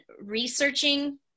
researching